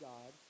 God